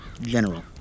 General